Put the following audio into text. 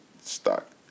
stock